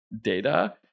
data